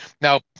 Now